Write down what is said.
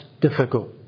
difficult